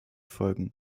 folgen